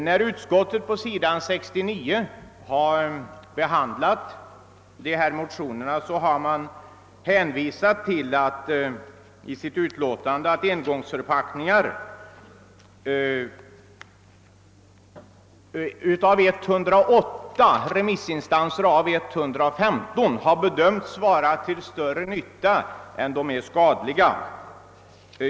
När utskottet har behandlat dessa motioner, har det i sitt utlåtande på s. 69 hänvisat till att 108 remissinstanser av 115 har bedömt engångsförpackningar vara till större nytta än skada.